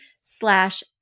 slash